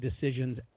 decisions